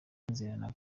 mwizerana